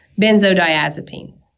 benzodiazepines